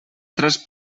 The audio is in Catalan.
tres